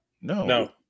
No